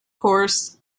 course